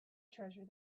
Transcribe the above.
treasure